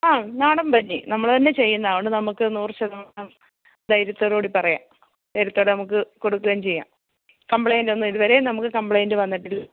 ആ നാടന് പഞ്ഞി നമ്മള് തന്നെ ചെയ്യുന്നതാണ് അതുകൊണ്ട് നമുക്ക് നൂറ് ശതമാനം ധൈര്യത്തോടുകൂടി പറയാം ധൈര്യത്തോടെ നമുക്കു കൊടുക്കുകയും ചെയ്യാം കമ്പ്ലൈൻറ്റൊന്നും ഇതുവരെയും നമുക്ക് കമ്പ്ലൈൻറ്റ് വന്നിട്ടില്ല